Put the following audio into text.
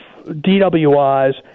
DWIs